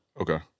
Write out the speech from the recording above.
Okay